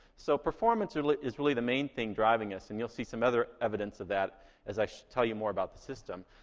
so performance is really the main thing driving us, and you'll see some other evidence of that as i tell you more about the system.